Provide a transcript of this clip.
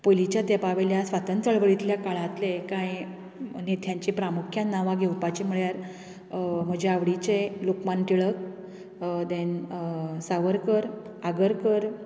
पयलींच्या तेंपावयल्या स्वातंत्र चळवळींतल्या काळांतलें कांय नेत्यांची प्रामुख्यान नांवां घेवपाची म्हळ्यार म्हज्या आवडीचें लोकमान्य टिळक दॅन सावरकर आगरकर